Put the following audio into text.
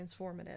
transformative